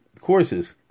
courses